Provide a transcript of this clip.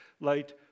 light